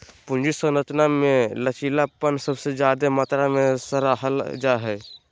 पूंजी संरचना मे लचीलापन सबसे ज्यादे मात्रा मे सराहल जा हाई